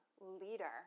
leader